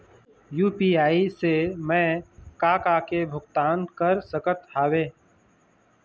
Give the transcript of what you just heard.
UPI से मैं का का के भुगतान कर सकत हावे?